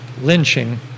lynching